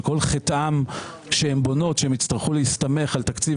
שכל חטאן שכאשר הן בונות הן יצטרכו להסתמך על תקציב